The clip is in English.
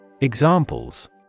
Examples